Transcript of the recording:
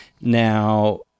Now